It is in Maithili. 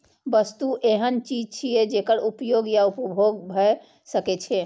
वस्तु एहन चीज छियै, जेकर उपयोग या उपभोग भए सकै छै